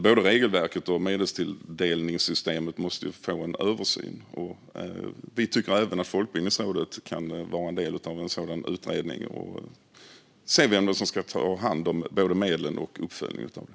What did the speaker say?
Både regelverket och medeltilldelningssystemet måste få en översyn. Vi tycker att Folkbildningsrådet kan vara en del av en sådan utredning för att se vem som ska ta hand om både medlen och uppföljningen av dem.